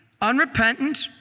unrepentant